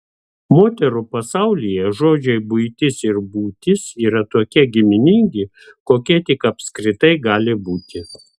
moterų pasaulyje žodžiai buitis ir būtis yra tokie giminingi kokie tik apskritai gali būti